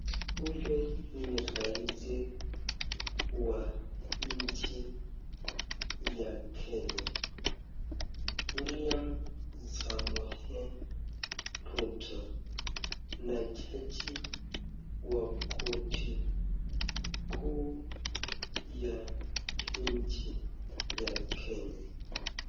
Huyu ni raisi wa nchi ya Kenya, William Samoei Ruto na jaji wa koti kuu ya nchi ya Kenya.